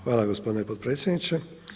Hvala gospodine potpredsjedniče.